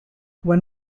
when